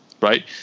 Right